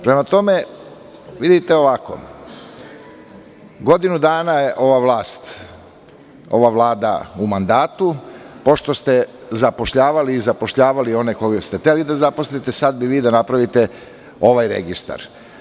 Prema tome godinu dana je ova vlast, ova Vlada u mandatu, pošto ste zapošljavali i zapošljavali one koje ste hteli da zaposlite, sada bi vi da napravite ovaj registar.